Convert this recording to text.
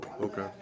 Okay